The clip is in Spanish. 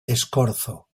escorzo